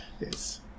Yes